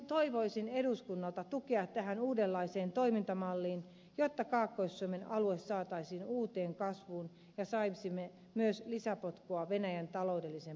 toivoisin eduskunnalta tukea tähän uudenlaiseen toimintamalliin jotta kaakkois suomen alue saataisiin uuteen kasvuun ja saisimme myös lisäpotkua venäjän taloudellisen